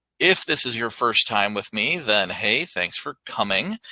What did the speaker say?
if this is your first time with me, then hey, thanks for coming.